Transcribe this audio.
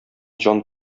җан